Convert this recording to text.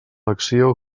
acció